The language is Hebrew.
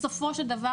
בסופו של דבר,